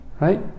right